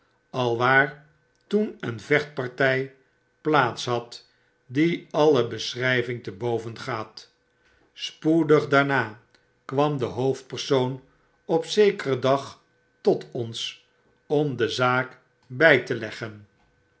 alwaar toen een vechtparty plaats had die alle beschrijving te bovengaat spoedig daarna kwam de hoofdpersoon op zekeren dag tot ons om de zaak bij te leggen